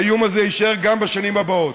האיום הזה יישאר גם בשנים הבאות.